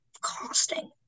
costing